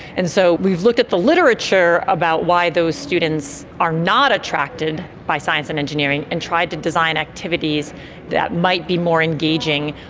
and so we've looked at the literature about why those students are not attracted by science and engineering and tried to design activities that might be more engaging,